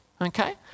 Okay